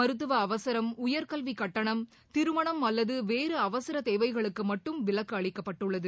மருத்துவ அவசரம் உயர்கல்வி கட்டணம் திருமணம் அவ்லது வேறு அவசர தேவைகளுக்கு மட்டும் விலக்கு அளிக்கப்பட்டுள்ளது